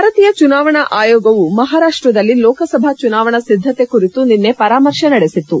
ಭಾರತೀಯ ಚುನಾವಣಾ ಆಯೋಗವು ಮಹಾರಾಷ್ಟದಲ್ಲಿ ಲೋಕಸಭಾ ಚುನಾವಣಾ ಸಿದ್ದತೆ ಕುರಿತು ನಿನ್ನೆ ಪರಾಮರ್ಶೆ ನಡೆಸಿತು